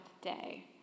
day